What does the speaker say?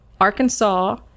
Arkansas